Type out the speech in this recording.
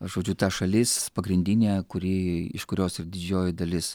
žodžiu ta šalis pagrindinė kuri iš kurios ir didžioji dalis